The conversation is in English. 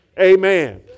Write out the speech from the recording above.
Amen